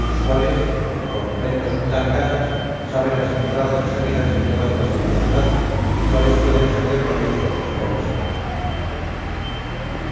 los cuales como por momentos mudan casas saben las entradas y salidas de todas las de la ciudad y cuáles pueden ser de provecho y cuáles no